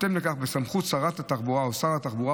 בהתאם לכך, בסמכות שרת התחבורה או שר התחבורה